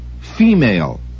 female